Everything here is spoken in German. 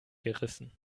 gerissen